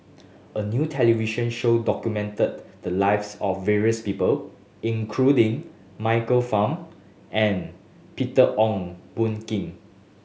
a new television show documented the lives of various people including Michael Fam and Peter Ong Boon Kwee